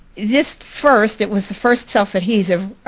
this first, it was the first self-adhesive,